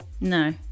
No